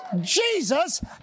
jesus